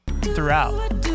throughout